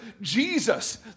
Jesus